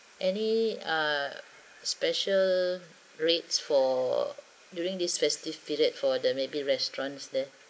any uh special rates for during this festive period for the maybe restaurants there